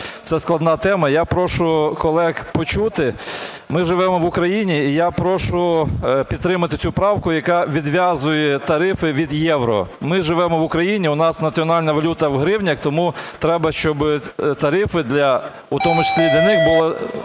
це складна тема. Я прошу колег почути. Ми живемо в Україні, і я прошу підтримати цю правку, яка відв'язує тарифи від євро. Ми живемо в Україні, у нас національна валюта в гривнях. Тому треба, щоб тарифи для, у